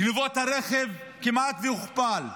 גנבות הרכב כמעט והוכפלו,